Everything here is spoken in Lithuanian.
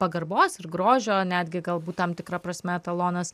pagarbos ir grožio netgi galbūt tam tikra prasme etalonas